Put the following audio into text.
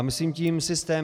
Myslím tím systém.